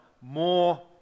more